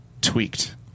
tweaked